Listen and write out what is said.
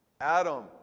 Adam